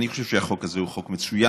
אני חושב שהחוק הזה הוא חוק מצוין,